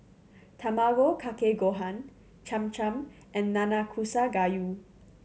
Tamago Kake Gohan Cham Cham and Nanakusa Gayu